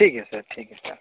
ठीक है सर ठीक है सर